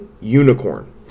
unicorn